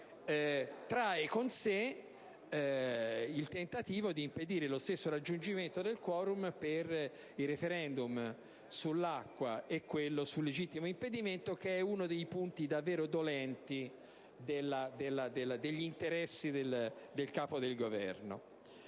trae con sé il tentativo di impedire lo stesso raggiungimento del *quorum* anche per il referendum sull'acqua e per quello sul legittimo impedimento, che rappresenta uno dei punti davvero dolenti degli interessi del Capo del Governo.